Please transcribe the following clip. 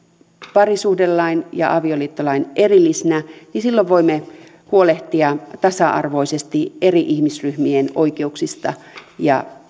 parisuhdelain ja avioliittolain erillisinä voimme huolehtia tasa arvoisesti eri ihmisryhmien oikeuksista ja